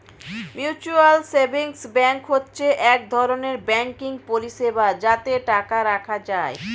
mutual savings bank হচ্ছে এক ধরনের ব্যাঙ্কিং পরিষেবা যাতে টাকা রাখা যায়